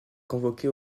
convoqué